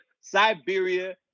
Siberia